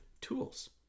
tools